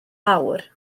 fawr